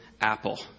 Apple